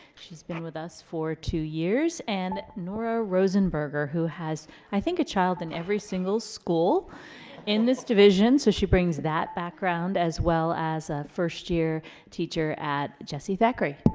she's been with us for two years. and nora rosenberger who has, i think, a child in every single school in this division so she brings that background as well as a first year teacher at jesse zachary.